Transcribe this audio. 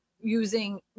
using